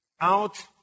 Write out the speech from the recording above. out